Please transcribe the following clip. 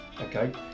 okay